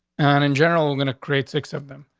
and in general, we're gonna create six of them.